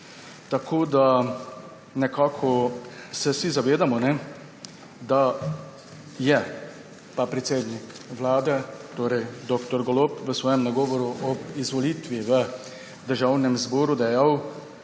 Nekako se vsi zavedamo, da je predsednik Vlade, torej dr. Golob, v svojem nagovoru ob izvolitvi v Državnem zboru dejal,